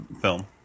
film